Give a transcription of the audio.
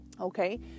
Okay